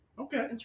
Okay